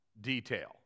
detail